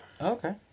Okay